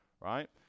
right